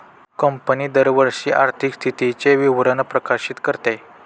company दरवर्षी आर्थिक स्थितीचे विवरण प्रकाशित करते